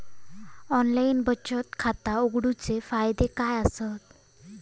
Online बचत खाता उघडूचे फायदे काय आसत?